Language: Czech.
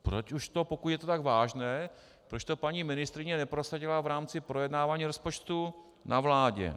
Proč už to, pokud to je tak vážné, proč to paní ministryně neprosadila v rámci projednávání rozpočtu na vládě?